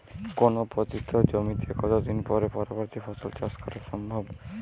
কোনো পতিত জমিতে কত দিন পরে পরবর্তী ফসল চাষ করা সম্ভব?